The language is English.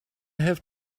have